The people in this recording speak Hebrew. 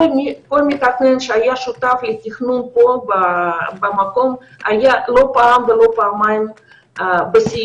כל מתכנן שהיה שותף לתכנון פה במקום היה לא פעם ולא פעמיים בסיור,